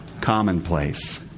commonplace